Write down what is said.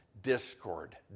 discord